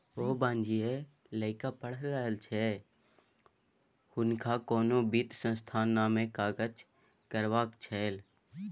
ओ वाणिज्य लकए पढ़ि रहल छल हुनका कोनो वित्त संस्थानमे काज करबाक छल